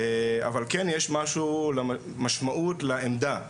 אבל כן יש משמעות לעמדה,